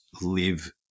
live